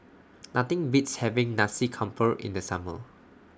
Nothing Beats having Nasi Campur in The Summer